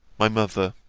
my mother,